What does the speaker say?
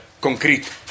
concrete